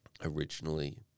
originally